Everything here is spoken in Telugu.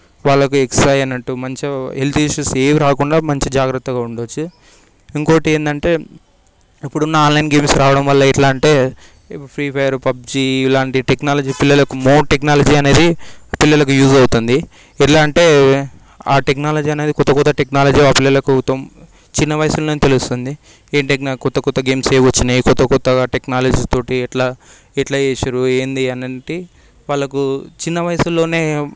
వాళ్ళకి ఎక్ససైజ్ అయినట్టు హెల్త్ ఇష్యూస్ ఏం రాకుండా మంచి జాగ్రత్తగా ఉండచ్చు ఇంకోటి ఏంటంటే ఇప్పుడున్న ఆన్లైన్ గేమ్స్ రావడం వల్ల ఎట్లా అంటే ఇప్పుడు ఫ్రీ ఫైర్ పబ్జి ఇలాంటి టెక్నాలజీ పిల్లలకు మోర్ టెక్నాలజీ అనేది పిల్లలకు యూజ్ అవుతుంది ఎలా అంటే ఆ టెక్నాలజీ అనేది కొత్త కొత్త టెక్నాలజీ ఆ పిల్లలకు కోసం చిన్నపిల్లలప్పుడే తెలుస్తుంది ఏ టెక్నా కొత్త కొత్త గేమ్స్ ఏవి వచ్చినా కొత్త కొత్త నాలెడ్జ్ తోటి ఎట్లా ఎట్లా చేసిండ్రు ఏంటి అని అంటే వాళ్లకు చిన్న వయసులోనే